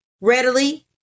readily